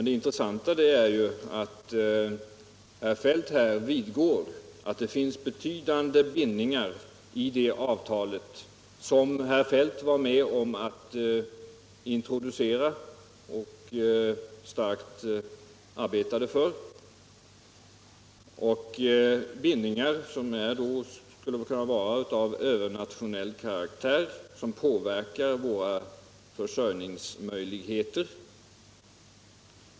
Det intressanta är ju att herr Feldt här vidgår att det finns betydande bindningar i detta avtal, som herr Feldt var med om att introducera och energiskt arbetade för — bindningar som skulle kunna vara av övernationell karaktär och som kan påverka våra försörjningsmöjligheter.